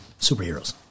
superheroes